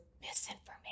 misinformation